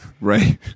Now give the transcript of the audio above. Right